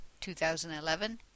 2011